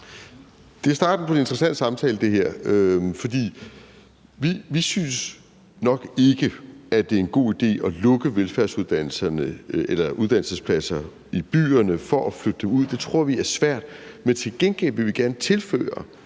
her er starten på en interessant samtale. For vi synes nok ikke, det er en god idé at lukke velfærdsuddannelser eller uddannelsespladser i byerne for at flytte dem ud. Det tror vi er svært. Men til gengæld vil vi gerne tilføre